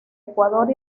ecuador